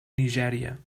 nigèria